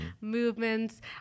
movements